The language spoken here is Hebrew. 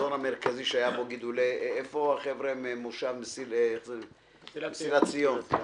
האיזור המרכזי שהיו פה גידולי איפה החבר'ה ממושב מסילת ציון?